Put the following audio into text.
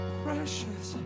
precious